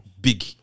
big